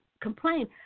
complain